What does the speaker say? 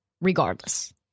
regardless